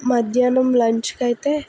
మధ్యాహ్నం లంచ్కైతే